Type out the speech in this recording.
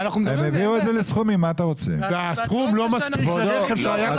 הסכום לא מספיק לרכב.